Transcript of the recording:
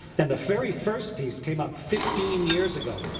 and the very first piece came up fifteen years ago,